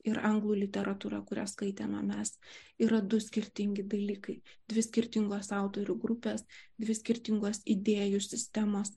ir anglų literatūra kurią skaitėme mes yra du skirtingi dalykai dvi skirtingos autorių grupės dvi skirtingos idėjų sistemos